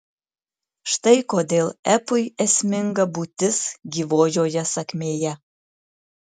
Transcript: štai kodėl epui esminga būtis gyvojoje sakmėje